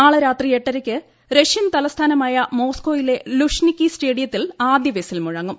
നാളെ രാത്രി എട്ടരയ്ക്ക് റഷ്യൻ തലസ്ഥാനമായ മോസ്കോയ്യിലെ ലുഷ്നിക്കി സ്റ്റേഡിയത്തിൽ ആദ്യ വിസിൽ മുഴങ്ങും